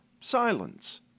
silence